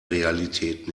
realität